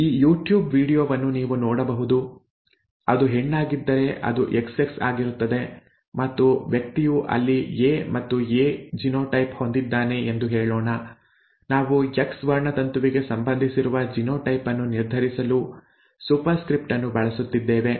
ಈ ಯೂಟ್ಯೂಬ್ ವೀಡಿಯೊವನ್ನು ನೀವು ನೋಡಬಹುದು ಅದು ಹೆಣ್ಣಾಗಿದ್ದರೆ ಅದು ಎಕ್ಸ್ಎಕ್ಸ್ ಆಗಿರುತ್ತದೆ ಮತ್ತು ವ್ಯಕ್ತಿಯು ಅಲ್ಲಿ ಎ ಮತ್ತು ಎ ಜಿನೋಟೈಪ್ ಹೊಂದಿದ್ದಾನೆ ಎಂದು ಹೇಳೋಣ ನಾವು ಎಕ್ಸ್ ವರ್ಣತಂತುವಿಗೆ ಸಂಬಂಧಿಸಿರುವ ಜಿನೋಟೈಪ್ ಅನ್ನು ನಿರ್ಧರಿಸಲು ಸೂಪರ್ಸ್ಕ್ರಿಪ್ಟ್ ಅನ್ನು ಬಳಸುತ್ತಿದ್ದೇವೆ